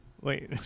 wait